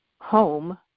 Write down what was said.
Home